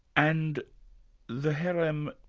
and the cherem,